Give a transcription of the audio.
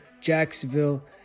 Jacksonville